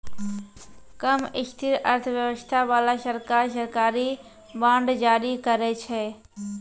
कम स्थिर अर्थव्यवस्था बाला सरकार, सरकारी बांड जारी करै छै